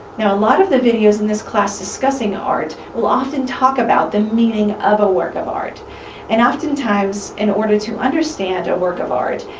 now a lot of the videos in this class discussing art will often talk about the meaning of a work of art and oftentimes, in order to understand a work of art,